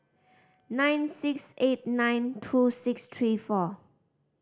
nine six eight nine two six three four